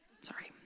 sorry